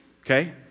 Okay